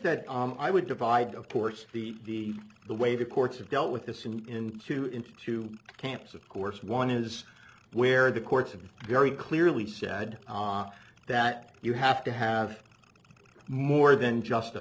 that i would divide of course the the way the courts have dealt with this in two into two camps of course one is where the courts have very clearly said that you have to have more than just a